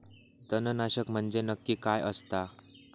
तणनाशक म्हंजे नक्की काय असता?